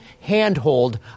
handhold